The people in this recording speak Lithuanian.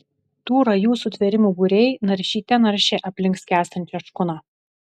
tų rajų sutvėrimų būriai naršyte naršė aplink skęstančią škuną